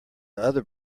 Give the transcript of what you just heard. other